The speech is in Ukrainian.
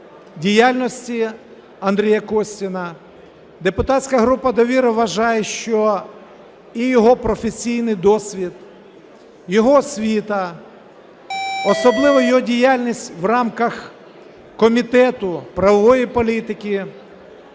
діяльності Андрія Костіна. Депутатська група "Довіра" вважає, що і його професійний досвід, його освіта, особливо його діяльність в рамках Комітету правової політики,